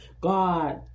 God